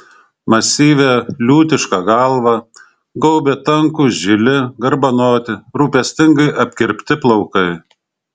masyvią liūtišką galva gaubė tankūs žili garbanoti rūpestingai apkirpti plaukai